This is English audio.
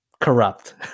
corrupt